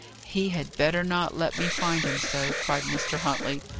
he had better not let me find him so, cried mr. huntley.